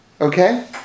Okay